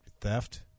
theft